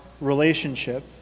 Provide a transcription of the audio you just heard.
relationship